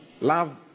love